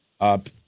up